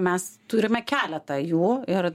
mes turime keletą jų ir